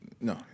No